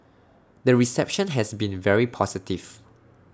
the reception has been very positive